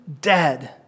dead